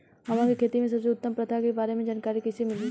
हमन के खेती में सबसे उत्तम प्रथा के बारे में जानकारी कैसे मिली?